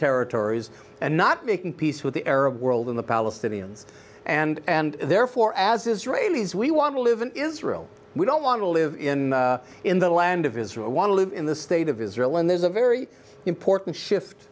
territories and not making peace with the arab world and the palestinians and therefore as israelis we want to live in israel we don't want to live in in the land of israel want to live in the state of israel and there's a very important shift